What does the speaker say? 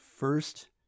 First